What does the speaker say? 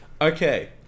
Okay